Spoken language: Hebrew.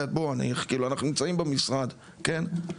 ובוא, אנחנו נמצאים במשרד, כן?